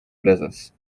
presas